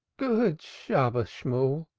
good shabbos, shemuel.